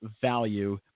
value